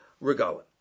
Regal